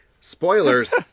Spoilers